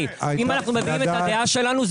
אם אנחנו מביעים את הדעה שלנו ,